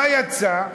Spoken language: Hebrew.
מה יצא?